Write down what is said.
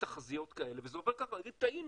תחזיות כאלה וזה עובר ככה והם אומרים טעינו.